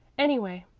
anyway,